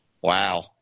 Wow